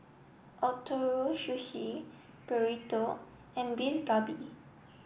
Ootoro Sushi Burrito and Beef Galbi